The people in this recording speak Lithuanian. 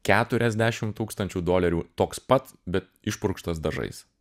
keturiasdešim tūkstančių dolerių toks pat bet išpurkštas dažais